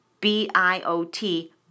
B-I-O-T